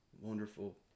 wonderful